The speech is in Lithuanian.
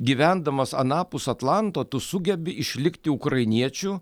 gyvendamas anapus atlanto tu sugebi išlikti ukrainiečiu